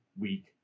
week